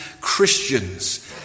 Christians